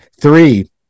Three